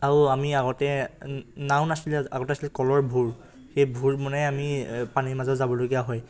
আৰু আমি আগতে নাও নাছিলে আগতে আছিলে কলৰ ভোৰ সেই ভোৰ বনাই আমি পানীৰ মাজত যাবলগীয়া হয়